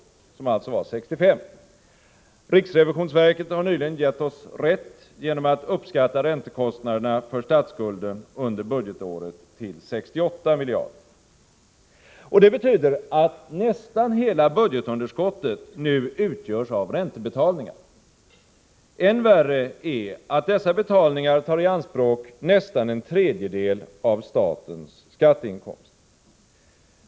Riksrevisionsverket har nyligen givit oss rätt genom att uppskatta räntekostnaderna för statsskulden under budgetåret till 68 miljarder. Det betyder att nästan hela budgetunderskottet nu utgörs av räntebetalningar. Än värre är att dessa betalningar tar i anspråk nästan en tredjedel av statens skatteinkomster.